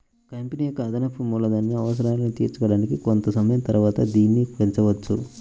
company యొక్క అదనపు మూలధన అవసరాలను తీర్చడానికి కొంత సమయం తరువాత దీనిని పెంచొచ్చు